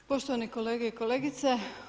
Poštovani kolege i kolegice.